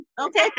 okay